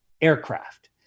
aircraft